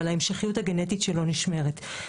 אבל ההמשכיות הגנטית שלו נשמרת.